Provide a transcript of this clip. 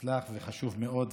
מוצלח וחשוב מאוד,